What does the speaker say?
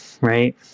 right